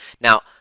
now